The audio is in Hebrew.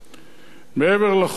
מעבר לכל האמור,